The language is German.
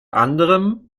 anderem